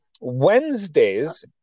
Wednesdays